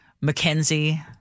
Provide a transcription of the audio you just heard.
Mackenzie